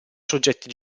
soggetti